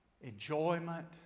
enjoyment